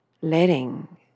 letting